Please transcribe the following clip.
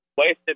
wasted